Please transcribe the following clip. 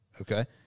Okay